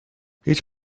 هیچ